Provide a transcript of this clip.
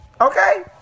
Okay